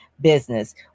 business